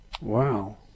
Wow